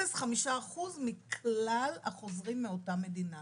0.5% מכלל החוזרים מאותה מדינה,